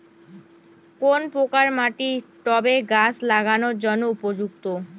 কোন প্রকার মাটি টবে গাছ লাগানোর জন্য উপযুক্ত?